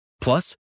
Plus